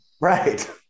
Right